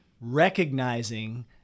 recognizing